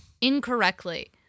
incorrectly